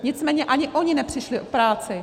Nicméně ani oni nepřišli o práci.